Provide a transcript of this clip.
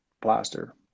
plaster